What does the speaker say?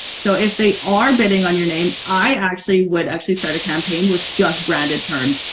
so if they are bidding on your name i actually would actually start a campaign with just branded terms,